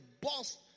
boss